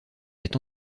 est